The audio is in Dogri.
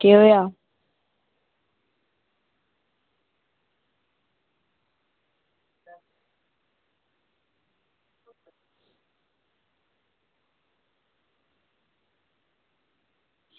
केह् होया